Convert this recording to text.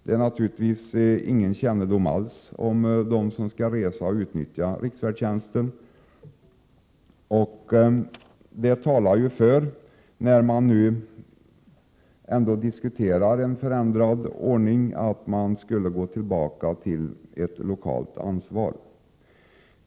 Det finns naturligtvis ingen kännedom alls om huruvida de som skall resa utnyttjar riksfärdtjänsten. När man nu diskuterar en förändring av ordningen, talar allt detta för att man borde gå tillbaka till ett lokalt ansvar.